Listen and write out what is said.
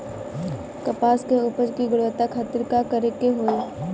कपास के उपज की गुणवत्ता खातिर का करेके होई?